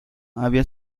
había